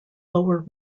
lower